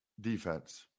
defense